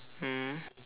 mm